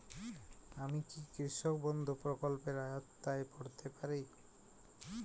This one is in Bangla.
আমি কি কৃষক বন্ধু প্রকল্পের আওতায় পড়তে পারি?